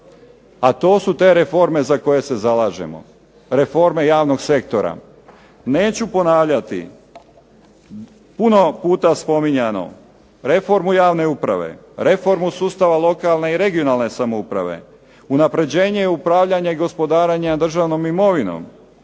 A to su te reforme za koje se zalažemo, reforme javnog sektora. Neću ponavljati, puno puta spominjano reformu javne uprave, reformu sustava lokalne i regionalne samouprave, unapređenje i upravljanje i gospodarenje državnom imovinom,